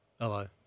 Hello